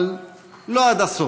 אבל לא עד הסוף.